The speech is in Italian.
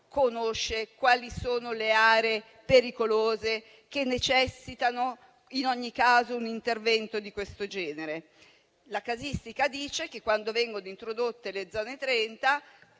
conosce le aree pericolose che necessitano, in ogni caso, un intervento di questo genere? La casistica dice che, quando vengono introdotte le zone 30,